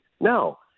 No